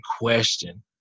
question